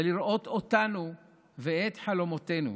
ולראות אותנו ואת חלומותינו.